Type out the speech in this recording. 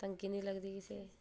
तंगी नेईं लगदी किसै दी